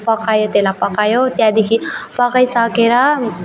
पकायो त्यसलाई पकायो त्यहाँदिखि पकाइसकेर